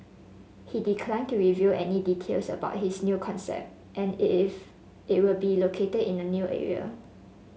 he declined to reveal any details about his new concept and if it will be located in a new area